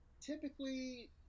typically